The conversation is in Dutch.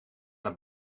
naar